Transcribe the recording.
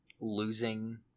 losing